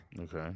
okay